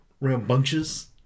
rambunctious